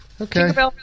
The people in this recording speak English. okay